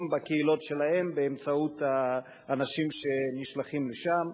בקהילות שלהם באמצעות האנשים שנשלחים לשם.